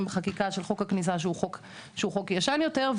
בחקיקה של חוק הכניסה שהוא חוק ישן יותר.